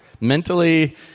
Mentally